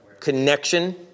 connection